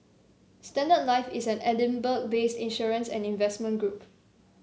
Standard Life is an Edinburgh based insurance and investment group